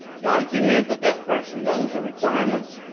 document that that person knows the requirements.